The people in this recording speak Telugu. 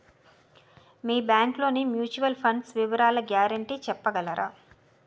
మీ బ్యాంక్ లోని మ్యూచువల్ ఫండ్ వివరాల గ్యారంటీ చెప్పగలరా?